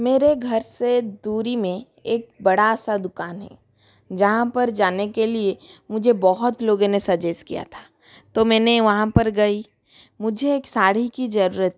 मेरे घर से दूरी में एक बड़ा सा दुकान है जहाँ पर जाने के लिए मुझे बहुत लोगों ने सजेस्ट किया था तो मैंने वहाँ पर गई मुझे एक साड़ी की जरूरत थी